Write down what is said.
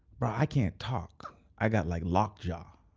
bro, i can't talk i got like lockjaw.